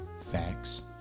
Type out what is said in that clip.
Facts